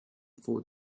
for